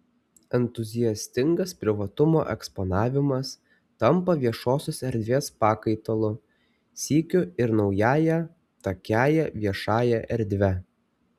entuziastingas privatumo eksponavimas tampa viešosios erdvės pakaitalu sykiu ir naująją takiąja viešąja erdve